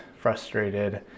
frustrated